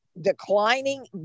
declining